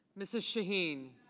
mrs. shaheen.